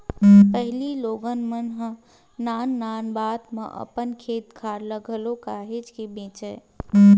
पहिली लोगन मन ह नान नान बात म अपन खेत खार ल घलो काहेच के बेंचय